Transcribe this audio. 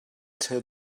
till